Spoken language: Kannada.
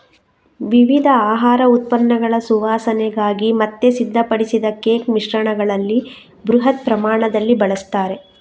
ವಿವಿಧ ಆಹಾರ ಉತ್ಪನ್ನಗಳ ಸುವಾಸನೆಗಾಗಿ ಮತ್ತೆ ಸಿದ್ಧಪಡಿಸಿದ ಕೇಕ್ ಮಿಶ್ರಣಗಳಲ್ಲಿ ಬೃಹತ್ ಪ್ರಮಾಣದಲ್ಲಿ ಬಳಸ್ತಾರೆ